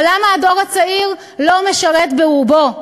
אבל למה הדור הצעיר לא משרת, ברובו?